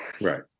Right